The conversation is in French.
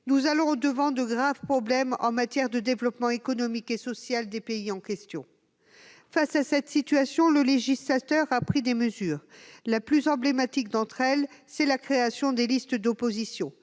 au-devant de graves problèmes en termes de développement économique et social des pays en question. Pour faire face à cette situation, le législateur a pris des mesures. La plus emblématique d'entre elles est la création des listes d'opposition